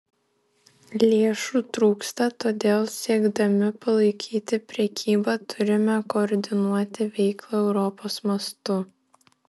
lėšų trūksta todėl siekdami palaikyti prekybą turime koordinuoti veiklą europos mastu